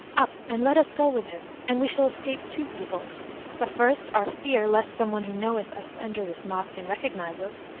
up and let us go with him, and we shall escape two evils the first, our fear lest some one who knoweth us enter this mosque and recognise us,